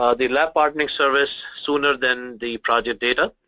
um the lab partnering service sooner than the project data.